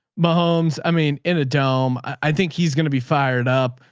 my homes, i mean, in a dome, i think he's going to be fired up.